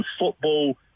football